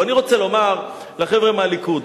ואני רוצה לומר לחבר'ה מהליכוד: